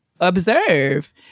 Observe